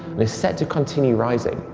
and is set to continue rising.